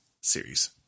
series